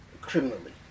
criminally